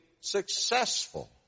successful